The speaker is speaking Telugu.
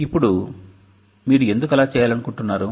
ఇప్పుడు మీరు ఎందుకు అలా చేయాలనుకుంటున్నారు